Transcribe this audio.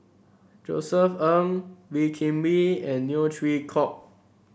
Josef Ng Wee Kim Wee and Neo Chwee Kok